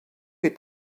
est